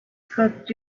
got